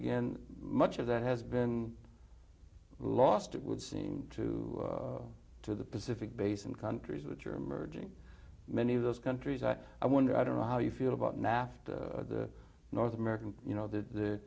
again much of that has been lost it would seem to to the pacific basin countries which are emerging many of those countries that i wonder i don't know how you feel about nafta the north american you know the